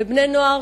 בבני נוער,